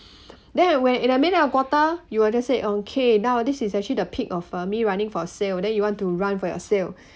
then and when in the middle of quarter you will just said oh okay now this is actually the peak of uh me running for a sale then you want to run for your sale